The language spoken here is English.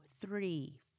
three